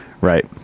Right